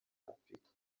afurika